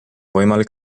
võimalik